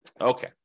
Okay